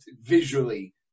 visually